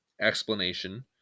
explanation